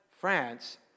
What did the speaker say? France